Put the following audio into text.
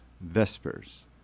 Vespers